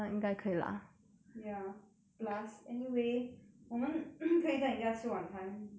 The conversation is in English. ya plus anyway 我们 可以在你家吃晚餐 then we go out